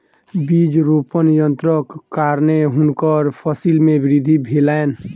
बीज रोपण यन्त्रक कारणेँ हुनकर फसिल मे वृद्धि भेलैन